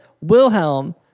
Wilhelm